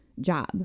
job